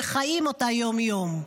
וחיים אותה יום-יום.